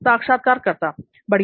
साक्षात्कारकर्ता बढ़िया